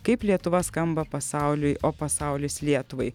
kaip lietuva skamba pasauliui o pasaulis lietuvai